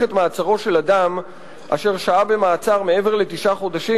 את מעצרו של אדם אשר שהה במעצר מעבר לתשעה חודשים